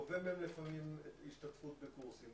גובה מהם לפעמים השתתפות בקורסים,